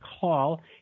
Call